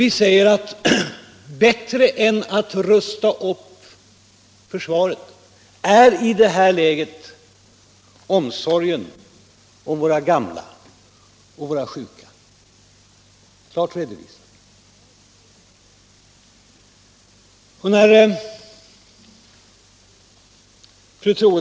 Vi säger: Viktigare än att rusta upp försvaret är i det här läget omsorgen om våra gamla och våra sjuka. Allmänpolitisk debatt Allmänpolitisk debatt Det är klart redovisat.